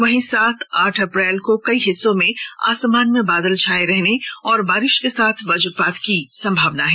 वहीं सात आठ अप्रैल को कई हिस्सों में आसमान में बादल छाए रहने और बारिश के साथ वजपात होने की संभावना है